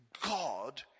God